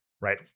right